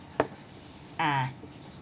ah